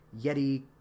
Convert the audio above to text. Yeti